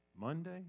Monday